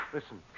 Listen